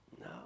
No